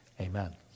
Amen